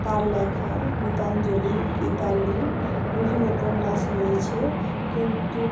তার লেখা গীতাঞ্জলি গীতালি বিভিন্ন উপন্যাস রয়েছে কিন্তু